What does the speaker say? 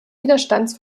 widerstands